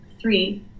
three